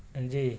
جی